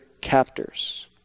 captors